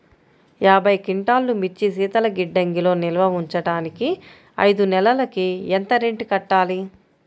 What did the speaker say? యాభై క్వింటాల్లు మిర్చి శీతల గిడ్డంగిలో నిల్వ ఉంచటానికి ఐదు నెలలకి ఎంత రెంట్ కట్టాలి?